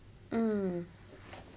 mm